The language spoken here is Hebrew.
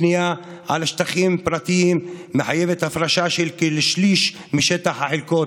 בנייה על שטחים פרטיים מחייבת הפרשה של כשליש משטח החלקות,